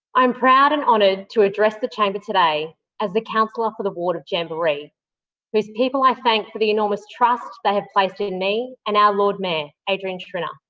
i am proud and honoured to address the chamber today as the councillor ah for the ward of jamboree whose people i thank for the enormous trust they have placed in me and our lord mayor, adrian schrinner.